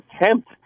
attempt